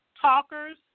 talkers